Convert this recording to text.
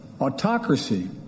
Autocracy